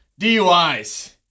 DUIs